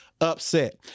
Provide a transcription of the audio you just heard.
upset